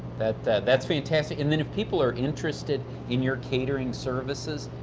that's fantastic. and then if people are interested in your catering services,